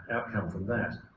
outcome from that